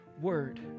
word